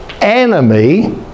enemy